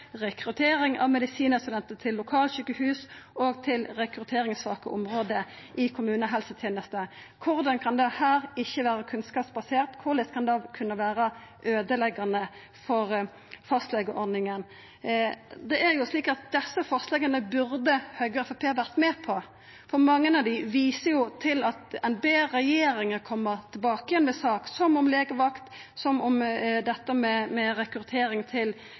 rekruttering av medisinstudentar til lokale sjukehus og rekrutteringssvake område i kommunehelsetenesta. Korleis kan dette ikkje vera kunnskapsbasert? Korleis kan det kunne vera øydeleggjande for fastlegeordninga? Desse forslaga burde Høgre og Framstegspartiet vore med på, for mange av dei viser til at ein ber regjeringa koma tilbake med sak, som legevakt, og som dette med rekruttering til